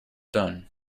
done